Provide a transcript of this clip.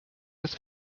des